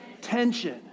Tension